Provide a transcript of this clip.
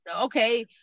okay